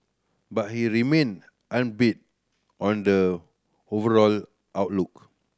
but he remain upbeat on the overall outlook